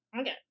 okay